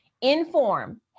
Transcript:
inform